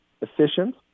efficient